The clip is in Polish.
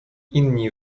inni